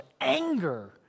anger